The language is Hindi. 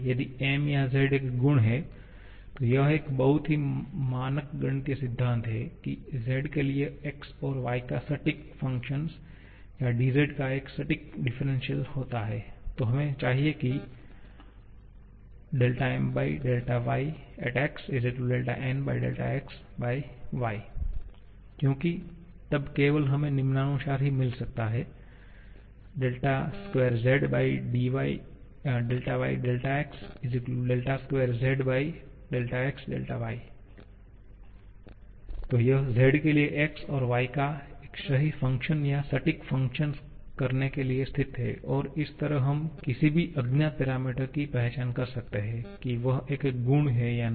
यदि M या z एक गुण है तो यह एक बहुत ही मानक गणितीय सिद्धांत है कि z के लिए x और y का सटीक फंक्शन या dz का एक सटीक डिफ्रेंशिअल होता है तो हमें चाहिए की Myx Nxy क्योंकि तब केवल हमें निम्नानुसार ही मिल सकता हैं 2Zyx 2Zxy तो यह z के लिए x और y का एक सही फंक्शन या सटीक फंक्शन करने के लिए स्थिति है और इस तरह हम किसी भी अज्ञात पैरामीटर की पहचान कर सकते हैं कि वह एक गुण है या नहीं